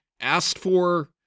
asked-for